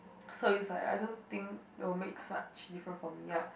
so it's like I don't think it will makes much difference for me ya